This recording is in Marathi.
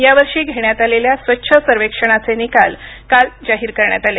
यावर्षी घेण्यात आलेल्या स्वच्छ सर्वेक्षणाचे निकाल काल जाहीर करण्यात आले